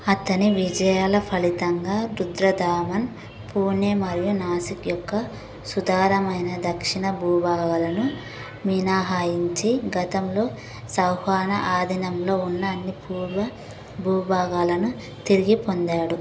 అతని విజయాల ఫలితంగా రుద్రదామన్ పూణే మరియు నాసిక్ యొక్క సుదారమైన దక్షిణ భూభాగాలను మినహాయించి గతంలో సౌహానా ఆధీనంలో ఉన్న అన్ని పూర్వ భూభాగాలను తిరిగి పొందాడు